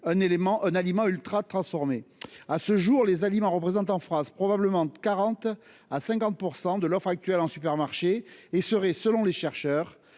un aliment ultratransformé. À ce jour, ces aliments représentent dans notre pays probablement de 40 % à 50 % de l'offre actuelle en supermarché, et seraient, selon les chercheurs,